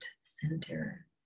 center